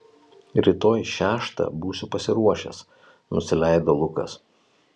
rytoj šeštą būsiu pasiruošęs nusileido lukas